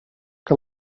que